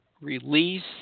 release